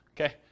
Okay